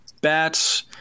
bats